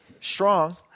Strong